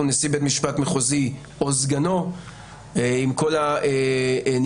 נשיא בית משפט מחוזי או סגנו עם כל הנגזרות,